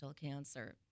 cancer